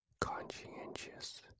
Conscientious